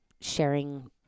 sharing